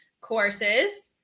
courses